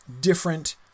different